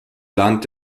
land